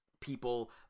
people